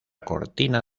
cortina